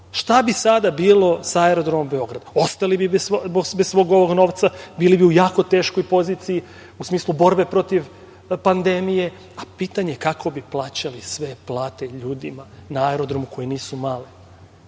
šta bi sada bilo sa aerodromom Beograd? Ostali bismo bez svog ovog novca, bili bi u jako teškoj poziciji, u smislu borbe protiv pandemije, a pitanje je kako bi plaćali plate ljudima na aerodromu, koje nisu male. Ovo